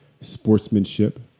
sportsmanship